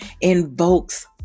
invokes